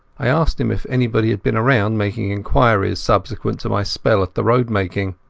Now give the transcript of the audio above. i asked him if anybody had been around making inquiries subsequent to my spell at the road-making.